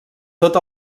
tot